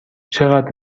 چقدر